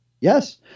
Yes